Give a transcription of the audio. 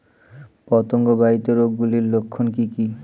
পতঙ্গ বাহিত রোগ গুলির লক্ষণ কি কি?